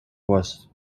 was